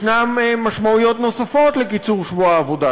יש משמעויות נוספות לקיצור שבוע העבודה,